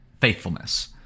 faithfulness